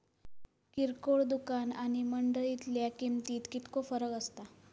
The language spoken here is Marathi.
किरकोळ दुकाना आणि मंडळीतल्या किमतीत कितको फरक असता?